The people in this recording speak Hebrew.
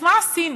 אז מה עשינו?